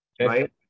right